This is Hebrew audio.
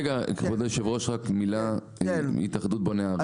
רגע, כבוד היושב-ראש, רק מילה מהתאחדות בוני הארץ.